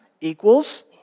equals